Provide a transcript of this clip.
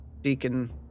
Deacon